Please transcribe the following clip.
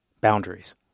boundaries